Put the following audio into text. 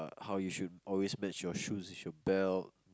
how you should always match your shoes with your belt